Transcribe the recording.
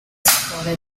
settore